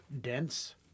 dense